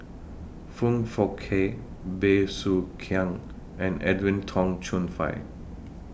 Foong Fook Kay Bey Soo Khiang and Edwin Tong Chun Fai